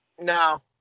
No